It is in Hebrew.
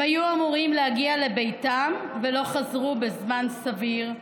הם היו אמורים להגיע לביתם ולא חזרו בזמן סביר,